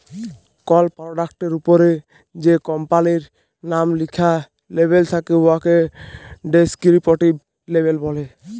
call পরডাক্টের উপরে যে কম্পালির লাম লিখ্যা লেবেল থ্যাকে উয়াকে ডেসকিরিপটিভ লেবেল ব্যলে